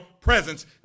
presence